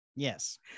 Yes